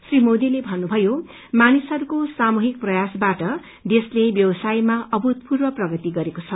श्री मोदीले भन्नुभयो मानिसहरूको सामुहिक प्रयासबाट देशले व्यवसायमा अभूमतपूर्व प्रगति गरेको छ